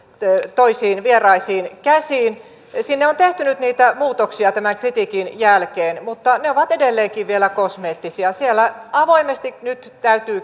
toisiin vieraisiin käsiin sinne on tehty nyt niitä muutoksia tämän kritiikin jälkeen mutta ne ovat edelleenkin vielä kosmeettisia siellä avoimesti nyt täytyy